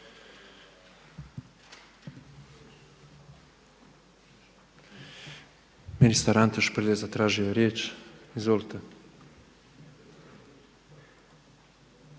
Ministar Ante Šprlje zatražio je riječ. Izvolite.